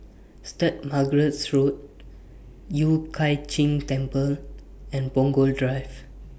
Saint Margaret's Road Yueh Hai Ching Temple and Punggol Drive